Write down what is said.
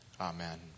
Amen